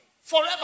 Forever